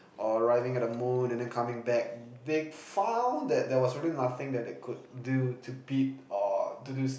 or arriving at the moon and then coming back they found that there was really nothing that they could do to beat or to do